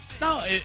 No